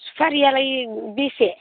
सुफारियालाय बेसे